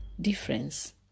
difference